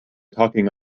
talking